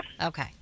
Okay